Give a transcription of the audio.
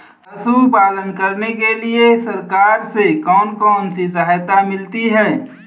पशु पालन करने के लिए सरकार से कौन कौन सी सहायता मिलती है